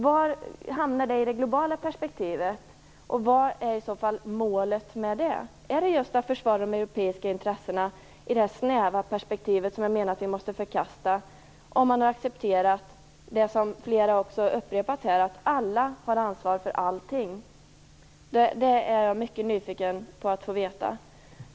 Var hamnar det i det globala perspektivet? Och vad är i så fall målet med det? Är det just att försvara de europeiska intressena i det här snäva perspektivet? Jag menar att vi måste förkasta det perspektivet om vi har accepterat det som flera har upprepat, nämligen att alla har ansvar för allting. Detta är jag mycket nyfiken på att få veta.